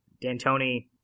D'Antoni